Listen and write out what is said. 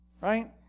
right